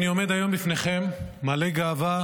אני עומד בפניכם היום, מלא גאווה,